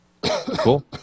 Cool